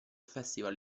festival